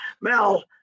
Mel